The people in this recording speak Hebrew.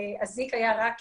כשאזיק היה רק